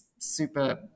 super